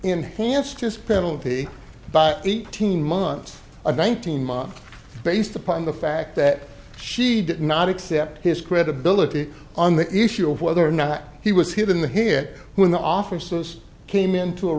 enhanced his penalty by eighteen months of one thousand miles based upon the fact that she did not accept his credibility on the issue of whether or not he was here in the here when the officers came in to